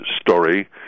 Story